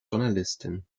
journalistin